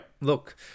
Look